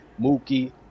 Mookie